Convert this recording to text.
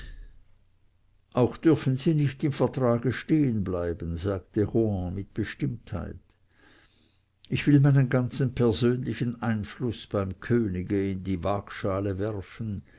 auch dürfen sie nicht im vertrage stehen bleiben sagte rohan mit bestimmtheit ich will meinen ganzen persönlichen einfluß beim könige in die waagschale werfen